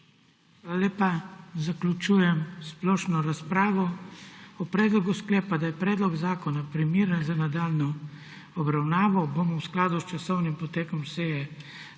lepa. Zaključujem splošno razpravo. O predlogu sklepa, da je predlog zakona primeren za nadaljnjo obravnavo, bomo v skladu s časovnim potekom seje zbora